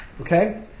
Okay